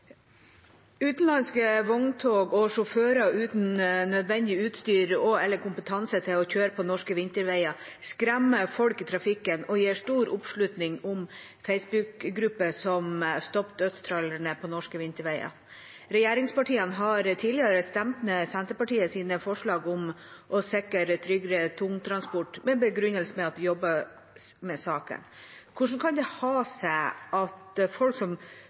vogntog og sjåfører uten nødvendig utstyr og/eller kompetanse til å kjøre på norske vinterveier skremmer folk i trafikken og gir stor oppslutning om Facebook-grupper som «Stopp dødstrailerne på norske vinterveier!». Regjeringspartiene har tidligere stemt ned Senterpartiets forslag om å sikre tryggere tungtransport, med begrunnelsen at det jobbes med saken. Hvordan kan det ha seg at folk som